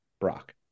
Brock